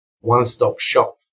one-stop-shop